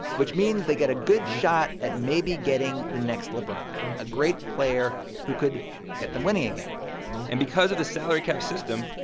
which means they get a good shot at maybe getting the next lebron a great player who could get them winning again and because of the salary cap system,